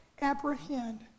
apprehend